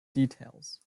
details